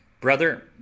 brother